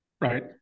right